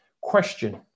Question